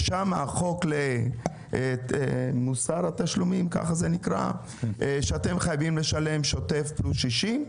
כשהחוק של מוסר התשלומים שם הוא שאתם חייבים לשלם שוטף פלוס 60,